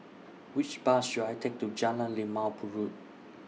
Which Bus should I Take to Jalan Limau Purut